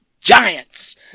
Giants